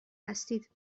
هستید